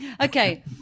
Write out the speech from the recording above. okay